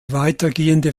weitergehende